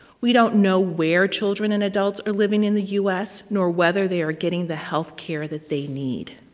we don't know where children and adults are living in the u s, nor whether they are getting the healthcare that they need.